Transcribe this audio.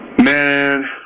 Man